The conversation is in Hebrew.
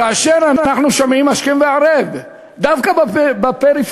כאשר אנחנו שומעים השכם והערב דווקא בפריפריה,